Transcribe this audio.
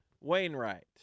Wainwright